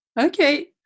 Okay